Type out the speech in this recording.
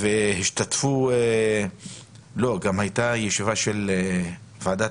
הבריאות הייתה גם ישיבה של וועדת